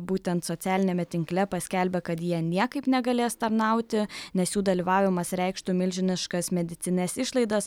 būtent socialiniame tinkle paskelbė kad jie niekaip negalės tarnauti nes jų dalyvavimas reikštų milžiniškas medicinines išlaidas